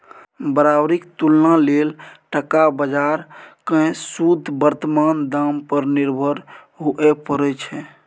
बराबरीक तुलना लेल टका बजार केँ शुद्ध बर्तमान दाम पर निर्भर हुअए परै छै